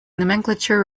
nomenclature